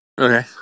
Okay